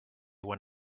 when